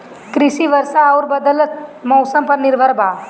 कृषि वर्षा आउर बदलत मौसम पर निर्भर बा